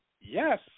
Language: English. Yes